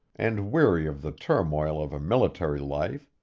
and weary of the turmoil of a military life,